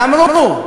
אמרו: